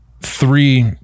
three